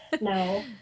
No